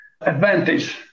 advantage